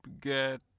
get